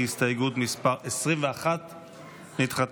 הסתייגות מס' 21 נדחתה.